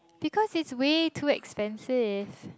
because it's way too expensive